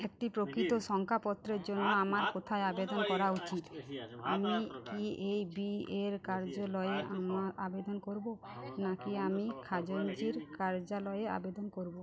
একটি প্রকৃত সংখ্যাপত্রের জন্য আমার কোথায় আবেদন করা উচিত আমি কি এই বি এর কার্যালয়ে আবেদন করবো নাকি আমি খাজাঞ্চির কার্যালয়ে আবেদন করবো